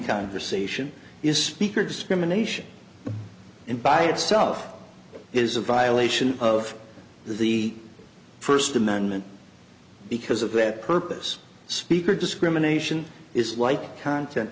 conversation is speaker discrimination and by itself is a violation of the first amendment because of that purpose speaker discrimination is like con